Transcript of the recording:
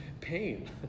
Pain